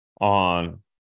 on